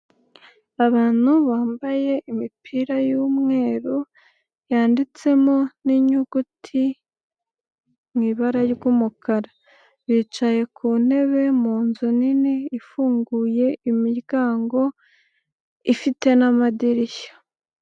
Abantu bambaye imipira y'umweru, yanditsemo n'inyuguti mu ibara ry'umukara. Bicaye ku ntebe mu nzu nini ifunguye imiryango, ifite n'amadirishya.